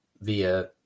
via